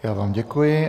Já vám děkuji.